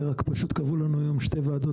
פשוט קבעו לנו היום שתי ועדות,